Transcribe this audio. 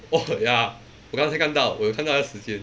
oh ya 我刚才看到我有看到那个时间